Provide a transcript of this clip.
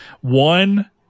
One